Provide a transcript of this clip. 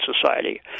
society